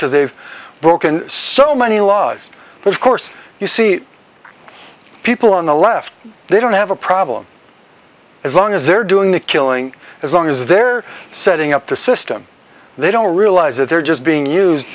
because they've broken so many laws but of course you see people on the left they don't have a problem as long as they're doing the killing as long as they're setting up the system they don't realize that they're just being used